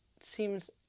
seems